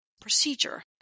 procedure